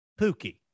Pookie